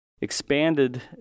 expanded